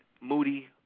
Moody